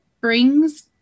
brings